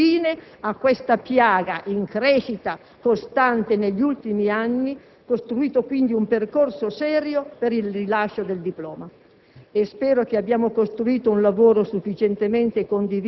Oggi, con questo atto dovremmo finalmente aver posto fine a questa piaga, in crescita costante negli ultimi anni, e costruito un percorso serio per il rilascio del diploma.